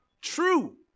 True